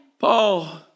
Paul